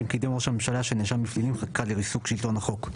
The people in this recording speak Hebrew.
'אם קידם ראש הממשלה שנאשם בפלילים חקיקה לריסוק שלטון החוק'.